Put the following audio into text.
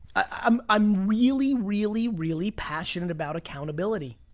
i'm i'm really, really, really passionate about accountability.